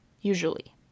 usually